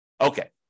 Okay